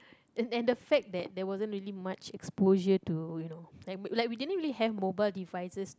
and then the fact that there wasn't really much exposure to you know like we like we didn't really have mobile devices to